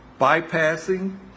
bypassing